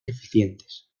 eficientes